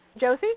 Josie